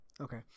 Okay